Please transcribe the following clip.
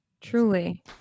truly